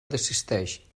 desisteix